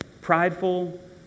prideful